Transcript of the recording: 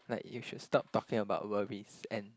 like you should stop talking about worries and